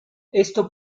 esto